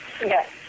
yes